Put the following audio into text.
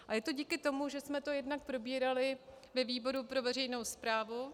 A je to díky tomu, že jsme to jednak probírali ve výboru pro veřejnou správu.